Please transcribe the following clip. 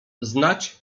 znać